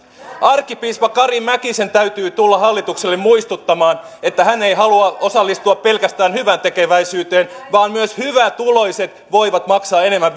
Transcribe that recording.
arkkipiispa kari mäkisen täytyy tulla hallitukselle muistuttamaan että hän ei halua osallistua pelkästään hyväntekeväisyyteen vaan myös hyvätuloiset voivat maksaa enemmän